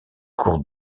cours